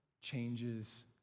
changes